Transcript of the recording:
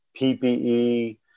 PPE